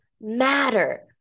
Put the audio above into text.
matter